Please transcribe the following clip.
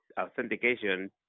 authentication